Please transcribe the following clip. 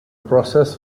process